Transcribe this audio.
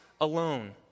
alone